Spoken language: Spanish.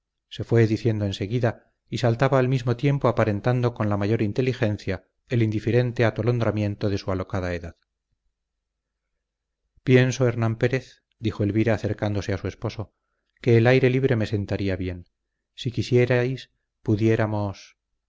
se fue diciendo en seguida y saltaba al mismo tiempo aparentando con la mayor inteligencia el indiferente atolondramiento de su alocada edad pienso hernán pérez dijo elvira acercándose a su esposo que el aire libre me sentaría bien si quisierais pudiéramos